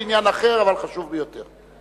בעניין אחר אבל חשוב ביותר.